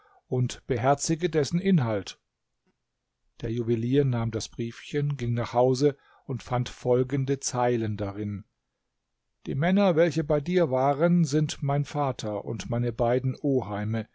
und beherzige dessen inhalt der juwelier nahm das briefchen ging nach hause und fand folgende zeilen darin die männer welche bei dir waren sind mein vater und meine beiden oheime